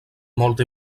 molta